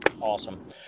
Awesome